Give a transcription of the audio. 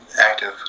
active